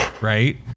right